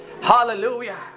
hallelujah